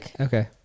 Okay